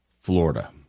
Florida